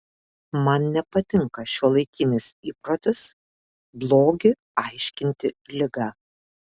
man nepatinka šiuolaikinis įprotis blogį aiškinti liga